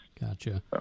Gotcha